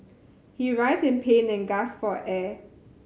he writhed in pain and gasped for air